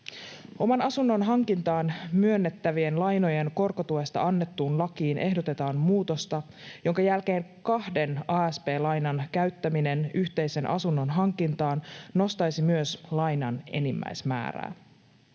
Oman asunnon hankintaan myönnettävien lainojen korkotuesta annettuun lakiin ehdotetaan muutosta, jonka jälkeen kahden asp-lainan käyttäminen yhteisen asunnon hankintaan nostaisi myös lainan enimmäismäärää.